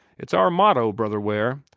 it's our motto, brother ware.